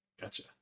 gotcha